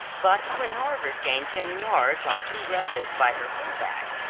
but when harvard gained ten yards on two rushes by her full-back,